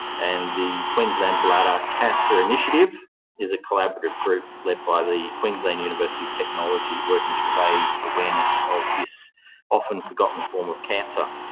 and the queensland bladder cancer initiative is a collaborative group led by the queensland university of technology, working to raise awareness of this often forgotten form of cancer.